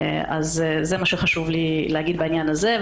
זה מה שחשוב לי להגיד בעניין הזה.